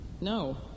No